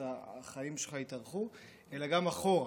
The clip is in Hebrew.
החיים שלך יתארכו, אלא גם אחורה,